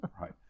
right